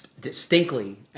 distinctly